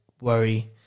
worry